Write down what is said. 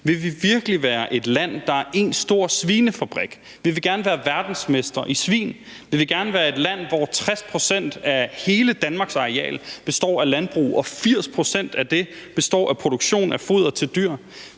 Vil vi virkelig være et land, der er én stor svinefabrik? Vil vi gerne være verdensmestre i svin? Vil vi gerne være et land, hvor 60 pct. af hele Danmarks areal består af landbrug, og 80 pct. af det består af produktion af foder til dyr?